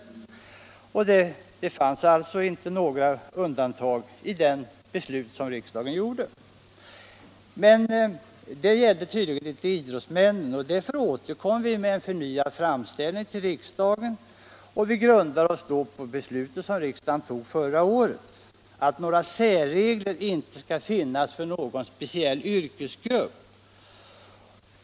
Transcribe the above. Det fanns inga speciella undantag härifrån i riksdagens beslut. Men detta gällde tydligen inte idrottsmännen. Därför återkom vi med en förnyad framställning till riksdagen, och vi stödde oss då på riksdagens beslut i december förra året att några särregler inte skall finnas för någon speciell yrkesgrupp.